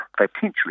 potentially